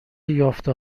یافته